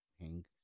pink